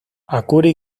akuri